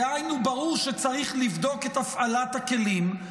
דהיינו ברור שצריך לבדוק את הפעלת הכלים,